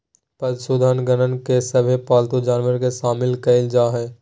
पशुधन गणना में सभे पालतू जानवर के शामिल कईल जा हइ